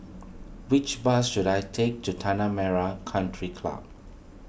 which bus should I take to Tanah Merah Country Club